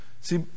See